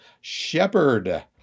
shepherd